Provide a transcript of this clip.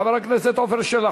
חבר הכנסת עפר שלח,